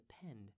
depend